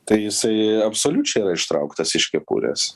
tai jisai absoliučiai yra ištrauktas iš kepurės